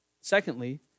Secondly